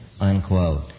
unquote